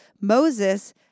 Moses